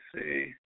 see